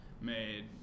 made